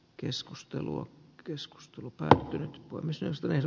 keskustelua keskustelu päättynyt puimisesta ner